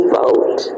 vote